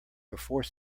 before